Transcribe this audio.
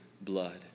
blood